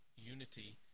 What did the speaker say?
unity